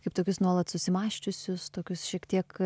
kaip tokius nuolat susimąsčiusius tokius šiek tiek